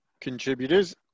contributors